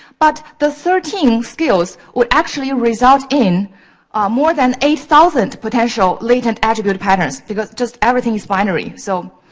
but, the thirteen skills will actually result in more than eight thousand potential latent attribute patterns, because just, everything's binary. so,